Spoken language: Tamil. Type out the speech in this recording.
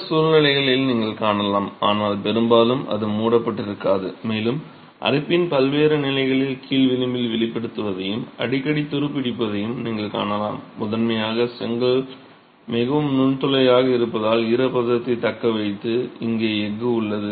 சில சூழ்நிலைகளை நீங்கள் காணலாம் ஆனால் பெரும்பாலும் அது மூடப்பட்டிருக்காது மேலும் அரிப்பின் பல்வேறு நிலைகளில் கீழ் விளிம்பு வெளிப்படுவதையும் அடிக்கடி துருப்பிடிப்பதையும் நீங்கள் காணலாம் முதன்மையாக செங்கல் மிகவும் நுண்துளையாக இருப்பதால் ஈரப்பதத்தைத் தக்கவைத்து இங்கே எஃகு உள்ளது